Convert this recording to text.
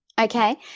Okay